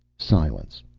silence.